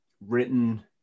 written